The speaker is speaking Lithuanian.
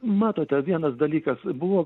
matote vienas dalykas buvo